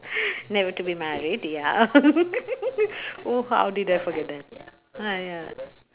never to be married ya oo how did I forget that !aiya!